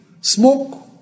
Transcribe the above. smoke